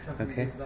okay